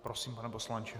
Prosím, pane poslanče.